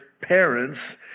parents